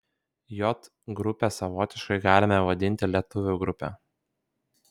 j grupę savotiškai galime vadinti lietuvių grupe